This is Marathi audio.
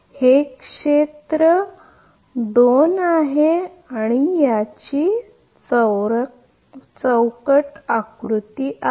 ही क्षेत्र 2 चा ब्लॉक आकृती आहे